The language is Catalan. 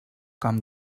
com